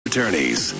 Attorneys